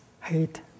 hate